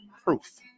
proof